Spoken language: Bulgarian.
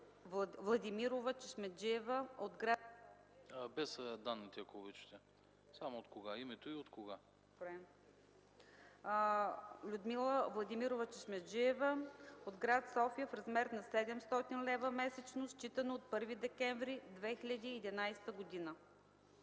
Владимирова Чешмеджиева от гр. София, в размер 700 лв. месечно, считано от 1 декември 2011 г.